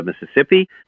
Mississippi